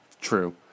True